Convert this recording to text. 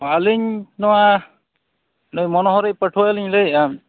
ᱟᱹᱞᱤᱧ ᱱᱚᱣᱟ ᱢᱚᱱᱳᱦᱟᱨᱤ ᱯᱟᱹᱴᱷᱩᱣᱟᱹᱞᱤᱧ ᱞᱟᱹᱭᱮᱫᱼᱟ